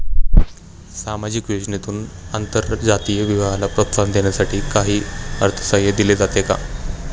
सामाजिक योजनेतून आंतरजातीय विवाहाला प्रोत्साहन देण्यासाठी काही अर्थसहाय्य दिले जाते का?